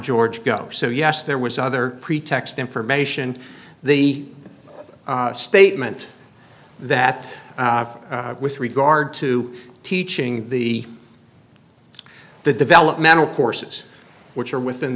george go so yes there was other pretext information the statement that with regard to teaching the the developmental courses which are within